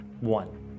One